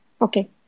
Okay